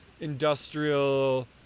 industrial